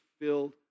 filled